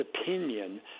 opinion